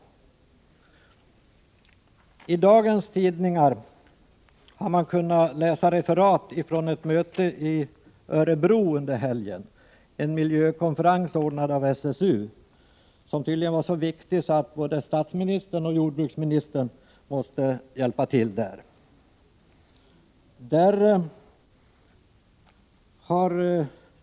I dagens tidningar har man kunnat läsa referat från ett möte i Örebro under helgen, en miljökonferens anordnad av SSU, som tydligen var så viktig att både statsministern och jordbruksministern måste hjälpa till där.